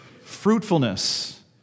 Fruitfulness